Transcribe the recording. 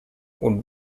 would